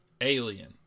alien